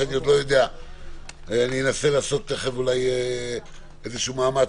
ננסה לעשות מאמץ,